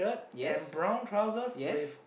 yes yes